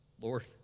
Lord